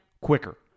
quicker